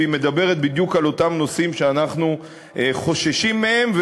והיא מדברת בדיוק על אותם נושאים שאנחנו חוששים מהם,